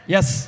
Yes